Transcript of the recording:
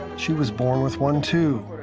she was born with one, too.